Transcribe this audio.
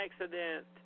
accident